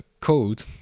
code